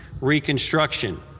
Reconstruction